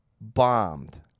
bombed